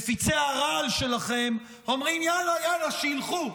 מפיצי הרעל שלכם, אומרים: יאללה, יאללה, שילכו,